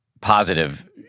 positive